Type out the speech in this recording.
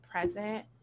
present